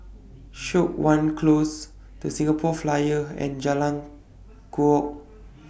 Siok Wan Close The Singapore Flyer and Jalan Kukoh